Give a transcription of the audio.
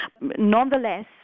Nonetheless